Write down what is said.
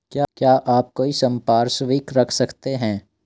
क्या आप कोई संपार्श्विक रख सकते हैं?